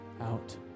out